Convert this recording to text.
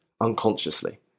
unconsciously